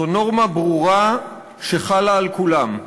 זו נורמה ברורה שחלה על כולם,